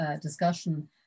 discussion